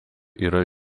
yra